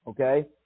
Okay